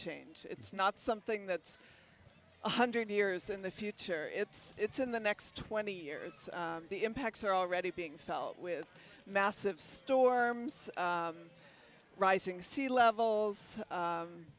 change it's not something that's one hundred years in the future it's it's in the next twenty years the impacts are already being felt with massive storms rising sea levels